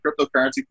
cryptocurrency